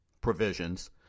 provisions